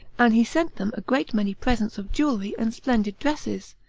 and he sent them a great many presents of jewelry and splendid dresses,